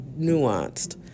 nuanced